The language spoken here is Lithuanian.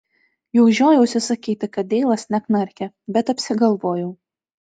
jau žiojausi sakyti kad deilas neknarkia bet apsigalvojau